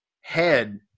head